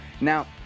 Now